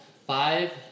Five